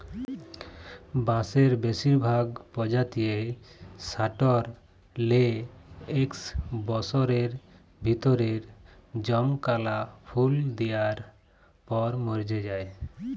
বাঁসের বেসিরভাগ পজাতিয়েই সাট্যের লে একস বসরের ভিতরে জমকাল্যা ফুল দিয়ার পর মর্যে যায়